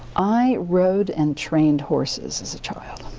i rode and trained horses as a child.